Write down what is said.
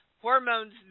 Hormones